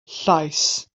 llaes